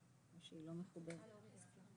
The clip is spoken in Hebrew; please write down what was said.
שמי נורית מירון,